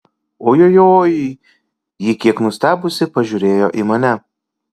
ojojoi ji kiek nustebusi pažiūrėjo į mane